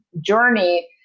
journey